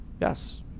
Yes